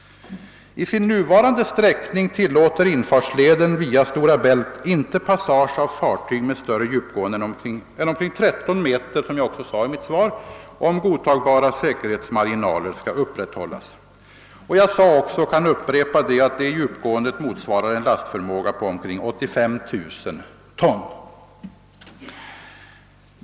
I sin nuvarande sträckning tillåter infartsleden via Stora Bält inte passage av fartyg med större djupgående än omkring 13 meter, om godtagbara säkerhetsmarginaler skall upprätthållas, såsom jag sade i mitt svar. Jag sade också — och jag kan upprepa det — att detta djupgående motsvarar en lastförmåga av omkring 85 000 ton.